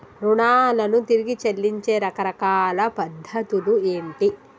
రుణాలను తిరిగి చెల్లించే రకరకాల పద్ధతులు ఏంటి?